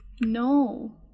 no